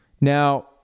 now